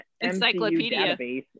encyclopedia